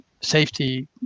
safety